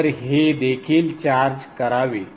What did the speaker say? तर हे देखील चार्ज करावे